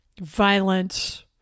violence